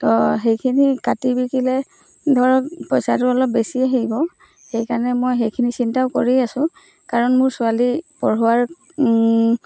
তো সেইখিনি কাটিবলৈ ধৰক পইচাটো অলপ বেছি আহিব সেইকাৰণে মই সেইখিনি চিন্তাও কৰি আছো কাৰণ মোৰ ছোৱালী পঢ়োৱাৰ